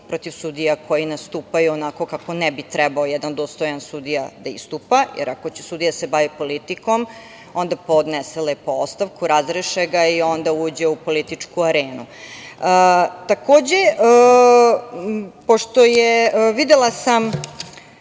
protiv sudija koji nastupaju onako kako ne bi trebao jedan dostojan sudija da istupa. Jer, ako će sudija da se bavi politikom onda lepo podnese ostavku, razreše ga i onda uđe u političku arenu. Takođe, pošto je, videla sam,